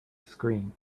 screen